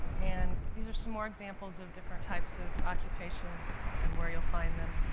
and these are some more examples of different types of occupations and where you'll find them.